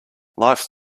lifes